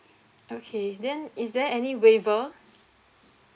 okay then is there any waiver